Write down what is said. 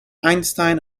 einstein